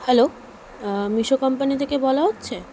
hello Meesho company থেকে বলা হচ্ছে